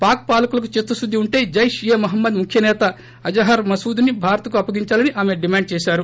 పాక్ పాలకులకు చిత్తశుద్ది ఉంటే జైష్ ఏ మహ్మద్ ముఖ్యనేత అజహర్ మసూద్ను భారత్ కు అప్సగించాలని ఆమె డిమాండ్ చేశారు